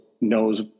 knows